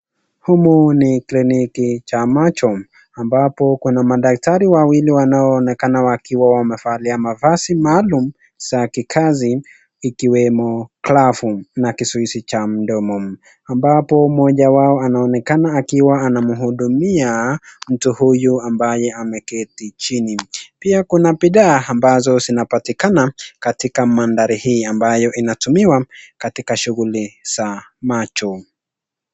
Humu ni kliniki cha macho, ambapo kuna madaktari wawili ambao wanaonekana wamevalia mavazi maalum za kikazi ikiwemo glavu na kizuizi cha mdomo, ambapo mmoja wao anamhudumia mtu huyu ambaye ameketi chini. Pia kuna bidhaa ambazo zinaptikana katika mandhali hii ambayo inatumiwa katika shughuli za macho.